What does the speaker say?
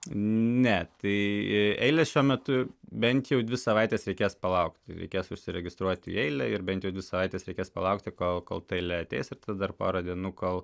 ne tai eilės šiuo metu bent jau dvi savaites reikės palaukti reikės užsiregistruot į eilę ir bent jau dvi savaites reikės palaukti kol ta eilė ateis ir dar porą dienų kol